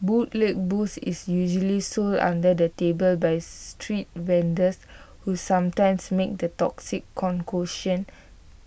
bootleg booze is usually sold under the table by street vendors who sometimes make the toxic concoction